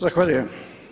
Zahvaljujem.